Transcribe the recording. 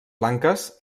blanques